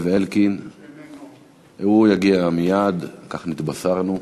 חבר הכנסת יצחק וקנין,